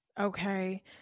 Okay